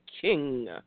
king